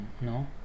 No